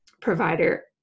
provider